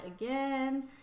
again